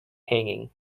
hanging